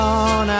on